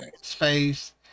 space